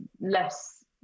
less